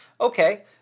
Okay